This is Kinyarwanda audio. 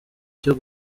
cyo